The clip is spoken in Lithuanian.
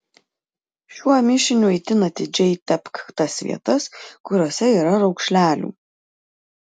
šiuo mišiniu itin atidžiai tepk tas vietas kuriose yra raukšlelių